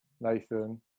Nathan